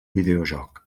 videojoc